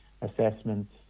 assessments